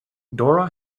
dora